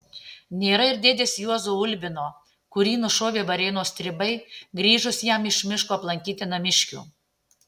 nėra ir dėdės juozo ulbino kurį nušovė varėnos stribai grįžus jam iš miško aplankyti namiškių